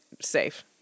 safe